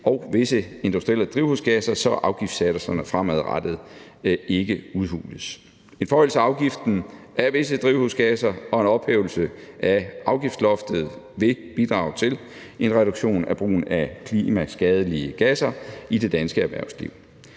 og visse industrielle drivhusgasser, så afgiftssatserne fremadrettet ikke udhules. Afgiften på visse drivhusgasser og en ophævelse af afgiftloftet vil bidrage til en reduktion af brugen af klimaskadelige gasser i det danske erhvervsliv.